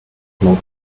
smoke